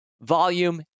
Volume